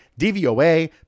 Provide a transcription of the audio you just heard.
DVOA